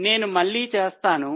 నేను మళ్ళీ చేస్తాను